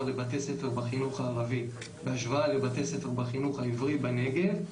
לבתי ספר בחינוך הערבי בהשוואה לבתי ספר בחינוך העברי בנגב.